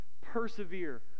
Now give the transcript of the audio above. persevere